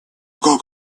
как